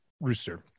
Rooster